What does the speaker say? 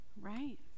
right